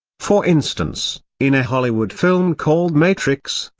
for instance, in a hollywood film called matrix,